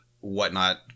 whatnot